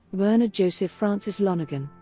bernard joseph francis lonergan,